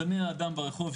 זה מהאדם ברחוב,